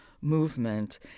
movement